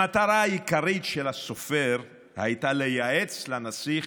המטרה העיקרית של הסופר הייתה לייעץ לנסיך